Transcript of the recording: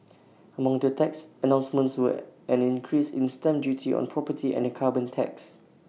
among the tax announcements were an increase in stamp duty on property and A carbon tax